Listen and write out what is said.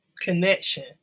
connection